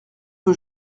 que